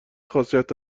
خاصیت